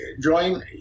join